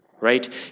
Right